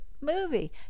movie